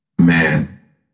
Man